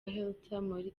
hitler